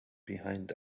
behind